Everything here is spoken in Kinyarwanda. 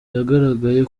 yagaragaye